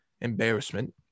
embarrassment